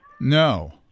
No